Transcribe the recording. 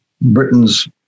Britain's